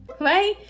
right